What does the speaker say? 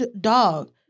dog